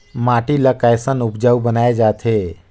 माटी ला कैसन उपजाऊ बनाय जाथे?